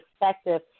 perspective